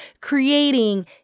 creating